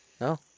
No